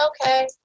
okay